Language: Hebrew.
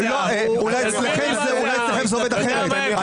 אולי אצלכם זה עובד אחרת.